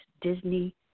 Disney